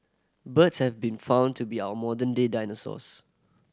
birds have been found to be our modern day dinosaurs